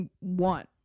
want